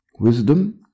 Wisdom